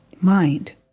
mind